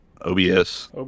OBS